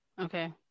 Okay